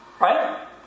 Right